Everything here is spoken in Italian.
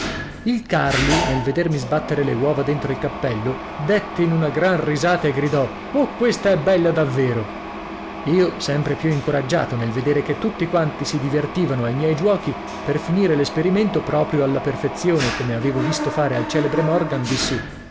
il carli nel vedermi sbattere le uova dentro il cappello dètte in una gran risata e gridò oh questa è bella davvero io sempre più incoraggiato nel vedere che tutti quanti si divertivano ai miei giuochi per finire l'esperimento proprio alla perfezione come avevo visto fare al celebre morgan dissi